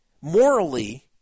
morally